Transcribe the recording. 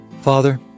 Father